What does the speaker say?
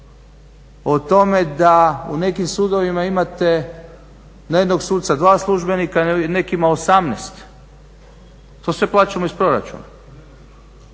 O tome da u nekim sudovima imate na jednog sudca 2 službenika, nekima 18. To sve plaćamo iz proračuna.